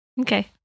Okay